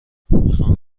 میخان